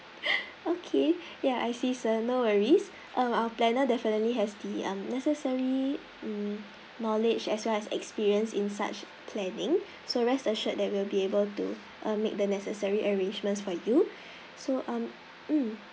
okay ya I see sir no worries uh our planner definitely has the necessary knowledge as well as experience in such planning so rest assured that we'll be able to make the necessary arrangements for you so um mm